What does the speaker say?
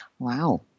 Wow